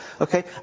Okay